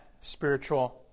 spiritual